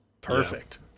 perfect